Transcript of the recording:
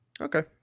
okay